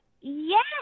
yes